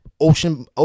Ocean